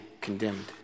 condemned